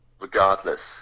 regardless